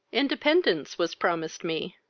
independence was promised me.